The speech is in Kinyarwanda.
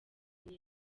neza